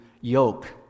yoke